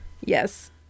yes